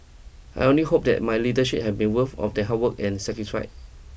I only hope that my leadership had been worth of their hard work and sacrifice